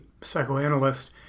psychoanalyst